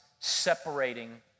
separating